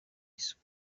isura